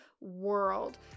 world